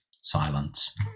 silence